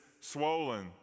swollen